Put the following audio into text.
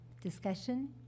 discussion